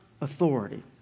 authority